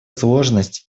сложность